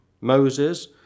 Moses